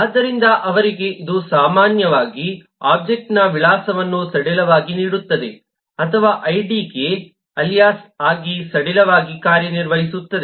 ಆದ್ದರಿಂದ ಅವರಿಗೆ ಇದು ಸಾಮಾನ್ಯವಾಗಿ ಒಬ್ಜೆಕ್ಟ್ನ ವಿಳಾಸವನ್ನು ಸಡಿಲವಾಗಿ ನೀಡುತ್ತದೆ ಅಥವಾ ಐಡಿಗೆ ಅಲಿಯಾಸ್ ಆಗಿ ಸಡಿಲವಾಗಿ ಕಾರ್ಯನಿರ್ವಹಿಸುತ್ತದೆ